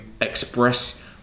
express